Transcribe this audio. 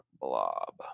blob